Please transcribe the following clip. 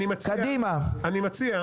אדוני היושב ראש, אני מציע --- אני גם מציע.